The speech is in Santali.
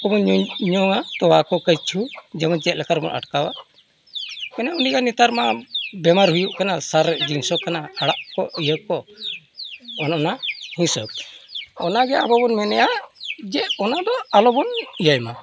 ᱠᱚᱵᱚᱱ ᱡᱚᱢᱟ ᱛᱳᱣᱟ ᱠᱚ ᱠᱤᱪᱷᱩ ᱡᱚᱢᱟ ᱪᱮᱫ ᱞᱮᱠᱟ ᱨᱮᱵᱚᱱ ᱟᱴᱠᱟᱣᱟ ᱦᱩᱭᱱᱟ ᱱᱮᱛᱟᱨ ᱢᱟ ᱵᱤᱢᱟᱨ ᱦᱩᱭᱩᱜ ᱠᱟᱱᱟ ᱥᱟᱨ ᱡᱤᱱᱤᱥ ᱦᱚᱸ ᱠᱟᱱᱟ ᱟᱲᱟᱜ ᱠᱚ ᱤᱭᱟᱹ ᱠᱚ ᱚᱱ ᱚᱱᱟ ᱦᱤᱥᱟᱹᱵ ᱛᱮ ᱚᱱᱟᱜᱮ ᱟᱵᱚ ᱵᱚᱱ ᱢᱮᱱᱮᱫᱼᱟ ᱡᱮ ᱚᱱᱟᱫᱚ ᱟᱞᱚ ᱵᱚᱱ ᱤᱭᱟᱹᱭ ᱢᱟ